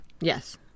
Yes